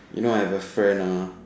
you know I have a friend ah